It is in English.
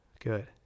good